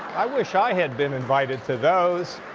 i wish i had been invited to those.